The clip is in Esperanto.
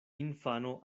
infano